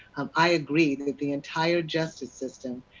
um i agree that the entire justice system,